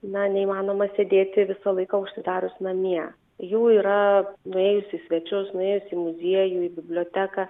na neįmanoma sėdėti visą laiką užsidarius namie jų yra nuėjus į svečius nuėjus į muziejų į biblioteką